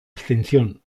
ascensión